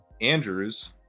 Andrews